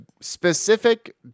specific